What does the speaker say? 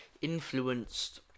influenced